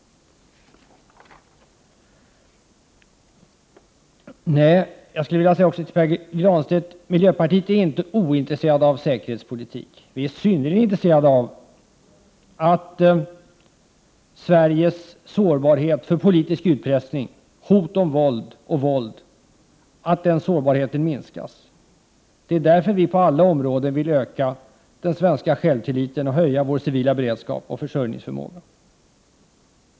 Jag skulle vilja säga till Pär Granstedt att miljöpartiet inte är ointresserat av säkerhetspolitik. Vi är synnerligen intresserade av att Sveriges sårbarhet för politisk utpressning, hot om våld och våld, minskas. Det är därför som vi på alla områden vill öka den svenska självtilliten och höja vår civila beredskap och försörjningsförmåga.